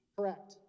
Correct